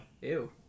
ew